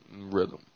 rhythm